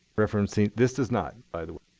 referendum c. this does not, by the way.